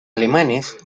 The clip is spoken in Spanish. alemanes